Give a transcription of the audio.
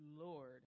Lord